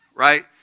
right